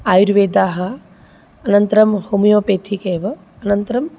आयुर्वेदाः अनन्तरं होमियोपेथिक् एव अनन्तरं